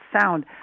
sound